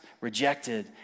rejected